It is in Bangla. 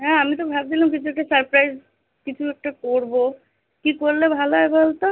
হ্যাঁ আমি তো ভাবছিলাম কিছু একটা সারপ্রাইস কিছু একটা করবো কী করলে ভালো হয় বল তো